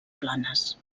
planes